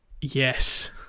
Yes